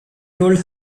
told